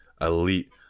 elite